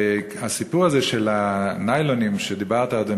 הסיפור הזה של הניילונים שדיברת עליהם,